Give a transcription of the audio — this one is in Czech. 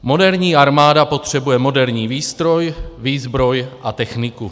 Moderní armáda potřebuje moderní výstroj, výzbroj a techniku.